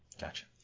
Gotcha